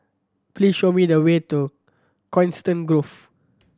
please show me the way to Coniston Grove